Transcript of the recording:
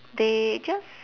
they just